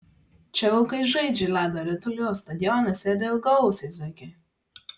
čia vilkai žaidžia ledo ritulį o stadione sėdi ilgaausiai zuikiai